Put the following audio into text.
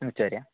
ഉച്ച വരെയാണോ